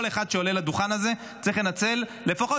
כל אחד שעולה לדוכן הזה צריך לנצל לפחות